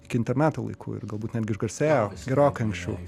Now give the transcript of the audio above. iki interneto laikų ir galbūt netgi išgarsėjo gerokai anksčiau